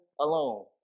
alone